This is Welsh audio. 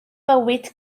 bywyd